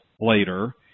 later